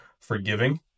forgiving